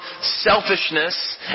selfishness